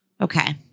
Okay